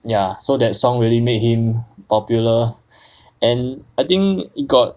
ya so that song really made him popular and I think it got